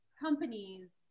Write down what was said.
companies